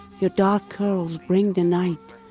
your dark curls bring the night.